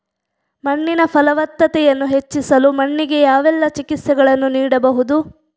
ಮಣ್ಣಿನ ಫಲವತ್ತತೆಯನ್ನು ಹೆಚ್ಚಿಸಲು ಮಣ್ಣಿಗೆ ಯಾವೆಲ್ಲಾ ಚಿಕಿತ್ಸೆಗಳನ್ನು ನೀಡಬಹುದು?